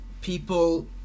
People